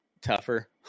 tougher